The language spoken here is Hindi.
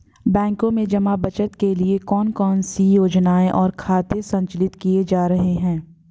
बैंकों में जमा बचत के लिए कौन कौन सी योजनाएं और खाते संचालित किए जा रहे हैं?